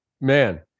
man